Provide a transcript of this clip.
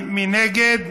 מי נגד?